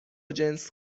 جنس